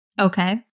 Okay